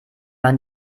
man